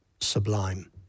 sublime